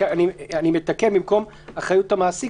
במקום "אחריות המעסיק",